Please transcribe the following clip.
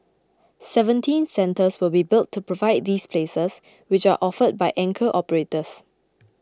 seventeen centres will be built to provide these places which are offered by anchor operators